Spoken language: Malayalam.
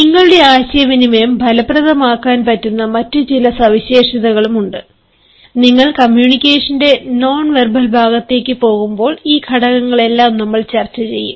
നിങ്ങളുടെ ആശയവിനിമയം ഫലപ്രദമാക്കാൻ പറ്റുന്ന മറ്റ് ചില സവിശേഷതകളും ഉണ്ട് നിങ്ങൾ കമ്മ്യൂണിക്കേഷന്റെ നോൺ വെർബൽ ഭാഗത്തേക്ക് പോകുമ്പോൾ ഈ ഘടകങ്ങളെല്ലാം നമ്മൾ ചർച്ച ചെയ്യും